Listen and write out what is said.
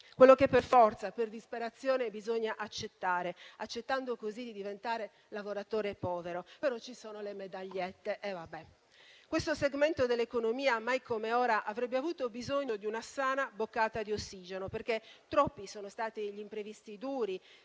quello che per forza, per disperazione bisogna accettare, accettando così di diventare lavoratore povero. Però ci sono le medagliette, e va bene. Questo segmento dell'economia mai come ora avrebbe avuto bisogno di una sana boccata di ossigeno, perché troppi sono stati gli imprevisti duri